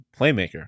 playmaker